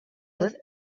with